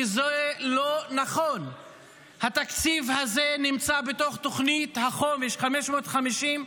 וזה לא נכון התקציב הזה נמצא בתוך תוכנית החומש 550,